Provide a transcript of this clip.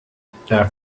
after